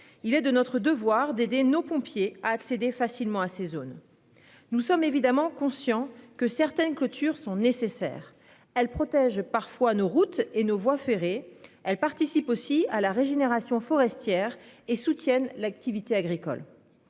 Il est de notre devoir d'aider nos pompiers à accéder facilement à ces zones. Nous sommes évidemment conscient que certains clôtures sont nécessaires, elle protège parfois nos routes et nos voies ferrées. Elle participe aussi à la régénération forestière et soutiennent l'activité agricole.--